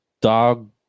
Dog